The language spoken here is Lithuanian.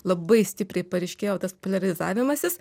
labai stipriai paryškėjo tas poliarizavimasis